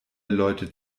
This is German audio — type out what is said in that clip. leute